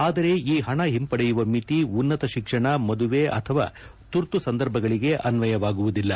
ಆದರೆ ಈ ಹಣ ಹಿಂಪಡೆಯುವ ಮಿತಿ ಉನ್ನತ ಶಿಕ್ಷಣ ಮದುವೆ ಅಥವಾ ತುರ್ತು ಸಂದರ್ಭಗಳಿಗೆ ಅನ್ವಯವಾಗುವುದಿಲ್ಲ